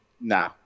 No